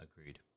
agreed